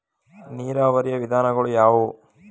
ನೀರಾವರಿಯ ವಿಧಾನಗಳು ಯಾವುವು?